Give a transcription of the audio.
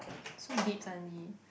so deep suddenly